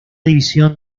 división